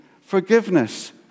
forgiveness